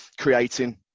creating